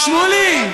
שמולי,